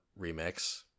remix